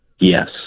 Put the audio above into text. Yes